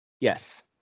yes